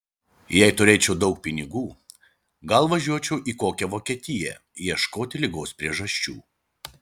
jei turėčiau daug pinigų gal važiuočiau į kokią vokietiją ieškoti ligos priežasčių